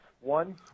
One